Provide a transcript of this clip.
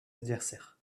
adversaires